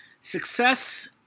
Success